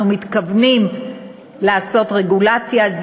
אנחנו מתכוונים לעשות רגולציה,